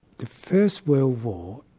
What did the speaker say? the first world war,